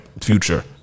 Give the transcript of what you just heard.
Future